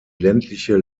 ländliche